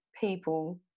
people